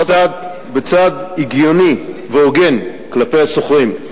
בצעד הגיוני והוגן כלפי השוכרים,